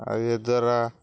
ଆଉ ଏହାଦ୍ୱାରା